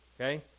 okay